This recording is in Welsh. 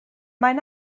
mae